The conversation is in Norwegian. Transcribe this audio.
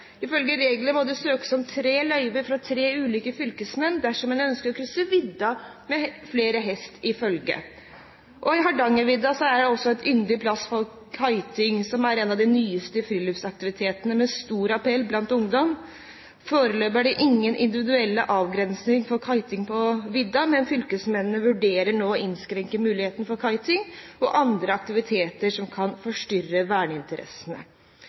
Ifølge reglene må det søkes om løyve fra tre ulike fylkesmenn dersom en ønsker å krysse vidda med flere hester i følge. Hardangervidda er også en yndet plass for kiting, som er en av de nyeste friluftsaktivitetene med stor appell blant ungdom. Foreløpig er det ingen individuell avgrensing for kiting på vidda, men fylkesmannen vurderer nå å innskrenke muligheten for kiting og andre aktiviteter som kan forstyrre verneinteressene.